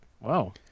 Wow